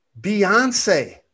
Beyonce